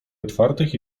otwartych